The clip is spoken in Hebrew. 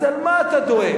אז על מה אתה דואג?